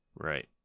Right